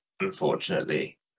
unfortunately